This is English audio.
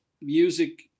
music